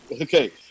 Okay